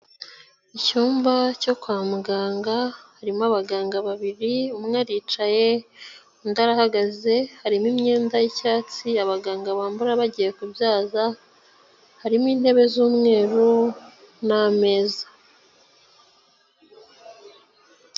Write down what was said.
Icyumba cyo kwa muganga, harimo abaganga babiri, umwe aricaye, undi arahagaze, harimo imyenda y'icyatsi abaganga bambara bagiye kubyaza, harimo intebe z'umweru n'ameza.